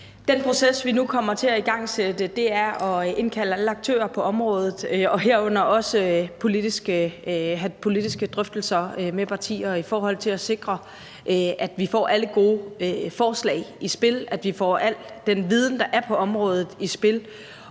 Den proces, vi nu kommer til at igangsætte, er at indkalde alle aktører på området, herunder også at have politiske drøftelser med partier, for at sikre, at vi får alle gode forslag i spil; at vi får al den viden, der er på området, i spil;